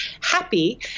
happy